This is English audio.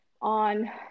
on